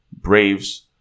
Braves